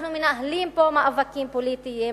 אנחנו מנהלים פה מאבקים פוליטיים,